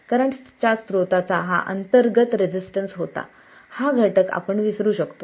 करंटच्या स्रोताचा हा अंतर्गत रेसिस्टन्स होता हा घटक आपण विसरू शकतो